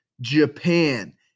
Japan